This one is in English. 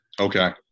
Okay